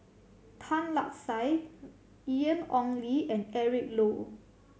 Tan Lark Sye Ian Ong Li and Eric Low